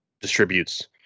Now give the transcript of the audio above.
distributes